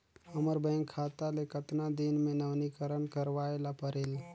हमर बैंक खाता ले कतना दिन मे नवीनीकरण करवाय ला परेल?